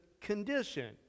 condition